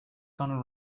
gonna